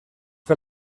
per